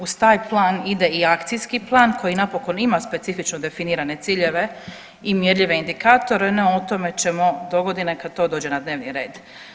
Uz taj plani ide i akcijski plan koji napokon ima specifično definirane ciljeve i mjerljive indikatore, no o tome ćemo dogodine kad to dođe na dnevni red.